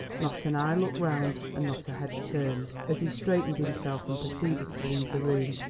not an eye looked round and not a head turned as he straightened himself and proceeded to leave the room.